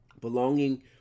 Belonging